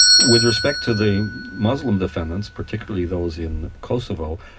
with respect to the muslim defendants, particularly those in kosovo,